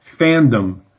fandom